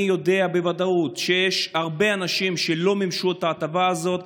אני יודע בוודאות שיש הרבה אנשים שלא מימשו את ההטבה הזאת,